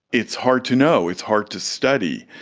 it's hard to know, it's hard to study.